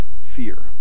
fear